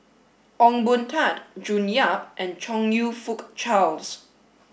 Ong Boon Tat June Yap and Chong You Fook Charles